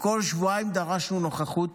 כל שבועיים דרשנו נוכחות